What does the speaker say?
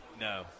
No